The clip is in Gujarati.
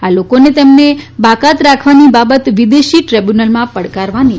આ લોકોને તેમને બાકાત રાખવાની બાબદ વિદેશી ટ્રિબ્યુનલમાં પડકારવાની તક મળશે